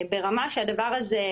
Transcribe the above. רוני נומה, שמתכלל את כל הדבר הזה,